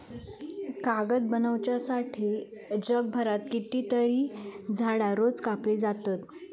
कागद बनवच्यासाठी जगभरात कितकीतरी झाडां रोज कापली जातत